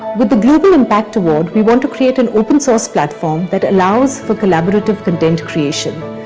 with the global impact award, we want to create an open source platform that allows for collaborative content creation.